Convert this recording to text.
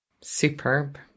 Superb